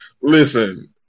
Listen